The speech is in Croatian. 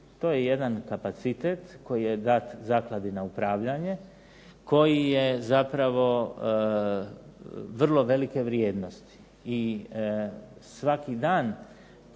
To je jedan kapacitet koji je dat zakladi na upravljanje, koji je zapravo vrlo velike vrijednosti i svaki dan